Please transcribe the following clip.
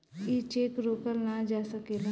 ई चेक रोकल ना जा सकेला